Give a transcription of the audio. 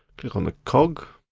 click on the cog.